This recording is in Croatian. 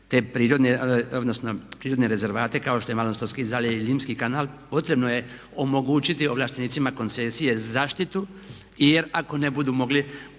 prirodne rezervate kao što je Malostonski zaljev i Limski kanal potrebno je omogućiti ovlaštenicima koncesije zaštitu, jer ako ne budu mogli